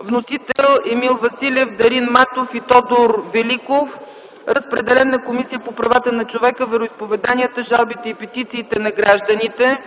Вносители – Емил Василев, Дарин Матов и Тодор Великов. Разпределен е на Комисията по правата на човека, вероизповеданията, жалбите и петициите на гражданите.